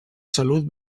salut